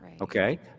okay